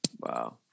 Wow